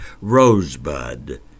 rosebud